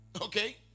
Okay